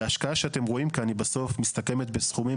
וההשקעה שאתם רואים כאן היא בסוף מסתכמת בסכומים